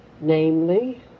namely